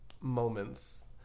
moments